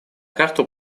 карту